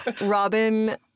Robin